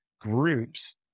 groups